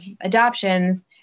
adoptions